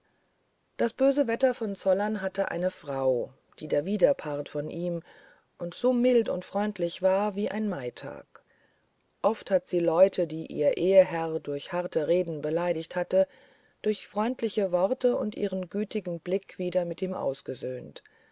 das böse wetter von zollern hatte eine frau die der widerpart von ihm und so mild und freundlich war wie ein maitag oft hat sie leute die ihr eheherr durch harte reden beleidigt hatte durch freundliche worte und ihre gütigen blicke wieder mit ihm ausgesöhnt